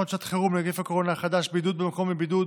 שעת חירום (נגיף הקורונה החדש) (בידוד במקום לבידוד